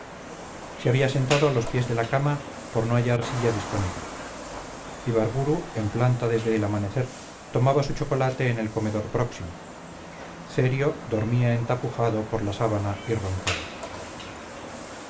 se había sentado a los pies de la cama por no hallar silla disponible ibarburu en planta desde el amanecer tomaba su chocolate en el comedor próximo cerio dormía entapujado con la sábana y roncaba